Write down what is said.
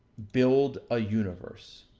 build a universe.